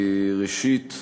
אני